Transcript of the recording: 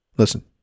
Listen